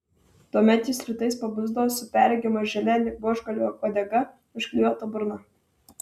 tuomet jis rytais pabusdavo su perregima želė lyg buožgalvio uodega užklijuota burna